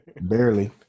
Barely